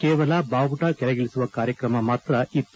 ಕೇವಲ ಬಾವುಟ ಕೆಳಗಿಳಿಸುವ ಕಾರ್ಯಕ್ರಮ ಮಾತ್ರ ವಿತ್ತು